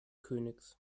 königs